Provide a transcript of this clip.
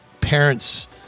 parents